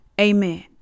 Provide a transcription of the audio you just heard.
amen